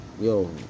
yo